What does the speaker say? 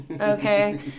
Okay